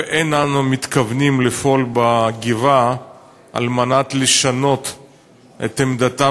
ואין אנו מתכוונים לפעול בגבעה על מנת לשנות את עמדתם